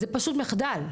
זה פשוט מחדל.